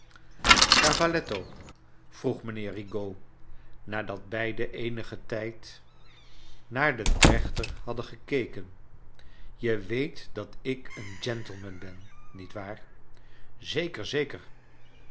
cavalletto vroeg mijnheer rigaud nadat beiden eenigen tijd naar den trechter hadden gekeken je weet dat ik een gentleman ben nietwaar v zeker zeker